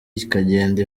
ikagenda